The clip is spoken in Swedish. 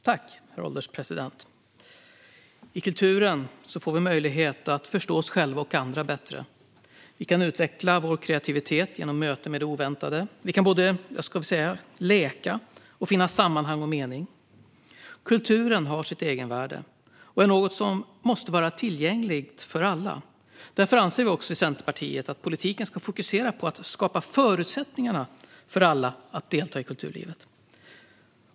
Herr ålderspresident! I kulturen får vi möjlighet att förstå oss själva och andra bättre. Vi kan utveckla vår kreativitet genom möten med det oväntade. Vi kan både leka och finna sammanhang och mening. Kulturen har sitt egenvärde och är något som måste vara tillgängligt för alla. Därför anser vi i Centerpartiet att politiken ska fokusera på att skapa förutsättningar för alla att delta i kulturlivet.